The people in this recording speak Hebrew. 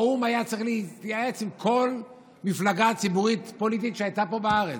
האו"ם היה צריך להתייעץ עם כל מפלגה ציבורית פוליטית שהייתה פה בארץ.